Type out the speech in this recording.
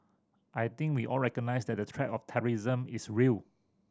I think we all recognise that the threat of terrorism is real